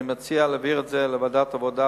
אני מציע להעביר את זה לוועדת העבודה,